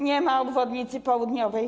Nie ma obwodnicy południowej.